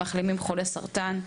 בנושא מחלימים ממחלת הסרטן.